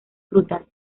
frutas